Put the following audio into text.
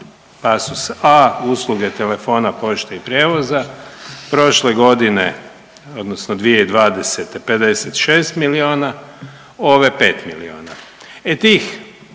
pasos a) usluge telefona, pošte i prijevoza prošle godine odnosno 2020. 56 milijuna, ove 5 milijuna. E tih,